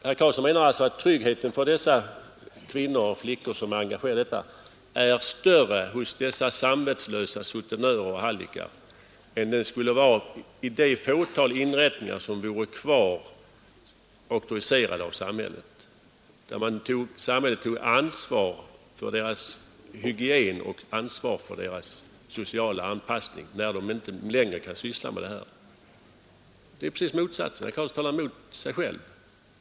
Herr Carlsson menar alltså att tryggheten för de flickor som är engagerade i detta är större hos dessa samvetslösa sutenörer och hallickar än den skulle vara i det fåtal inrättningar som vore kvar, auktoriserade av samhället. Där skulle samhället ta ansvar för kvinnornas hygien, för deras sociala anpassning när de inte längre kunde syssla med denna verksamhet. Det är precis motsatsen! Herr Carlsson talar mot sig själv.